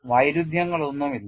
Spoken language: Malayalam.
വൈരുദ്ധ്യങ്ങളൊന്നുമില്ല